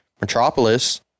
metropolis